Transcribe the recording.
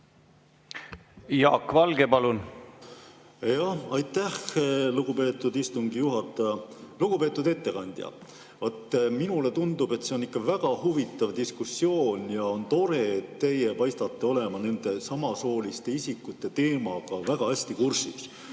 Jaak Valge, palun!